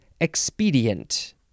expedient